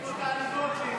יואב סגלוביץ',